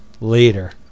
later